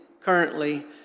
currently